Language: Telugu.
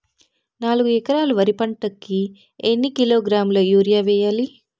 నాలుగు ఎకరాలు వరి పంటకి ఎన్ని కిలోగ్రాముల యూరియ వేయాలి?